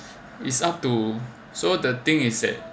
it's up to so the thing is that